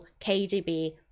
KDB